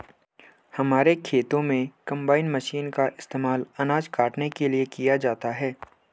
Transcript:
हमारे खेतों में कंबाइन मशीन का इस्तेमाल अनाज काटने के लिए किया जाता है